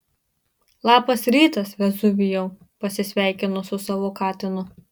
labas rytas vezuvijau pasisveikinu su savo katinu